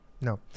no